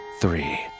Three